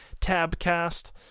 tabcast